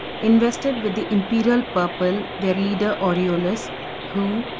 invested with the imperial purple their leader aureolus who,